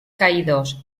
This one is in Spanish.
caídos